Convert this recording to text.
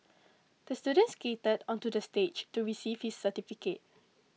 the student skated onto the stage to receive his certificate